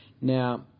Now